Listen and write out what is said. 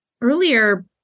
earlier